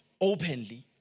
openly